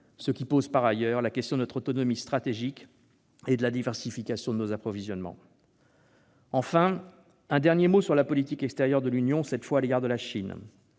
ce qui pose par ailleurs la question de notre autonomie stratégique et de la diversification de nos approvisionnements ? Je dirai enfin un dernier mot sur la politique extérieure de l'Union à l'égard de la Chine.